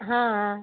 हा